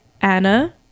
Anna